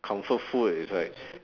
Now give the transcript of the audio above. comfort food is like